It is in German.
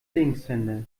linkshänder